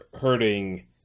hurting